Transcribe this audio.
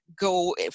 go